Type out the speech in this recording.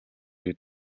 шүү